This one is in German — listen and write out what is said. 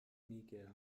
niger